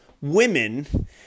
women